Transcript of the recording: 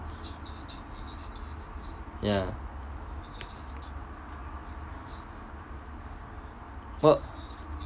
ya what